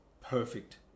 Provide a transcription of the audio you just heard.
perfect